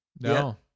No